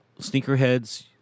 sneakerheads